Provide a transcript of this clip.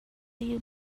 you